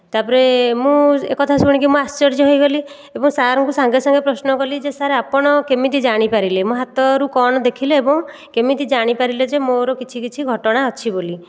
ତାପରେ ମୁଁ ଏ କଥା ଶୁଣିକି ମୁଁ ଆଶ୍ଚର୍ଯ୍ୟ ହୋଇଗଲି ଏବଂ ସାର୍ଙ୍କୁ ସାଙ୍ଗେ ସାଙ୍ଗେ ପ୍ରଶ୍ନ କଲି ଯେ ସାର୍ ଆପଣ କେମିତି ଜାଣିପାରିଲେ ମୋ ହାତରୁ କ'ଣ ଦେଖିଲେ ଏବଂ କେମିତି ଜାଣି ପାରିଲେ ଯେ ମୋର କିଛି କିଛି ଘଟଣା ଅଛି ବୋଲି